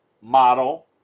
model